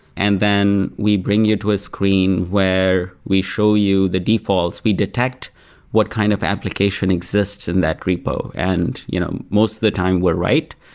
and then we bring you to a screen where we show you the defaults. we detect what kind of application exists in that repo and you know most of the time, we're right,